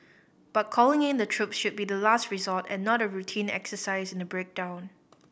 but calling in the troops should be the last resort and not a routine exercise in a breakdown